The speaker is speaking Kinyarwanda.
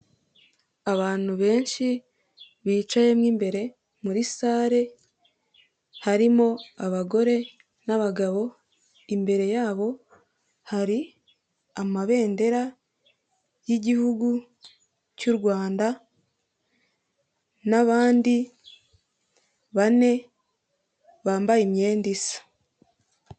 Abantu benshi bicaye mo imbere muri sare harimo abagore n'abagabo imbere yabo hari amabendera y'igihugu cy'u Rwanda n'abandi bane bambaye imyenda isa.